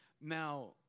Now